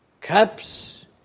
cups